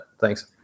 thanks